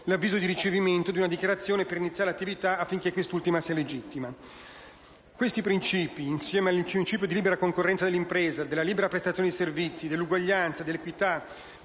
l'avviso di ricevimento di una dichiarazione per iniziare l'attività, affinché quest'ultima sia legittima. Questi principi, insieme al principio della libera concorrenza dell'impresa, della libera prestazione dei servizi, dell'uguaglianza, dell'equità,